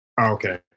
Okay